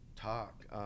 talk